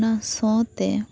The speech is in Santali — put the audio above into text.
ᱚᱱᱟ ᱥᱚ ᱛᱮ